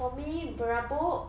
for me berabuk